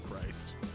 Christ